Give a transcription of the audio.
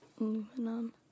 aluminum